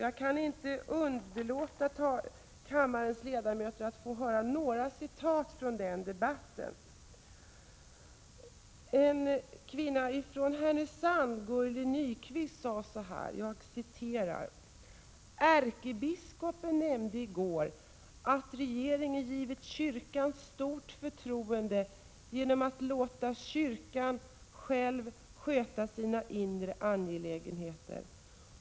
Jag kan inte underlåta att för kammarens ledamöter anföra några citat från den debatten. Ett ombud från Härnösand, Gurli Nylund, sade så här: ”Ärkebiskopen nämnde igår att regeringen givit kyrkan stort förtroende genom att låta kyrkan själv sköta sina inre angelägenheter.